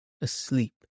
asleep